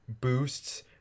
boosts